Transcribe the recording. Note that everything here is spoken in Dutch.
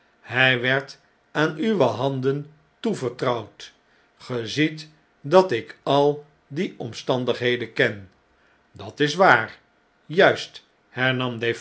hjj werd aan uwe handen toevertrouwd ge ziet dat ik al die omstandigheden ken dat is waar juist